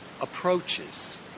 approaches